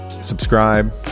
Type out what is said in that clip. subscribe